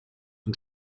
and